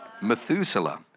Methuselah